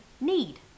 need